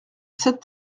sept